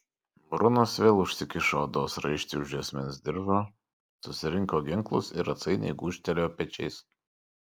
brunas vėl užsikišo odos raištį už juosmens diržo susirinko ginklus ir atsainiai gūžtelėjo pečiais